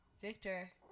Victor